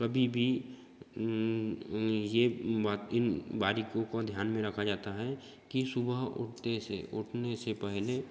कभी भी यह बा इन बारीकियों को ध्यान में रखा जाता है कि सुबह उठते से उठने से पहले